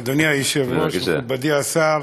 אדוני היושב-ראש, מכובדי השר,